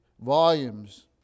volumes